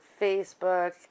Facebook